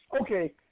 Okay